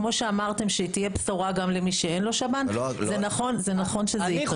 כמו שאמרתם שתהיה בשורה גם למי שאין לו שב"ן זה נכון שזה יקרה.